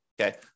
okay